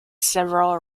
several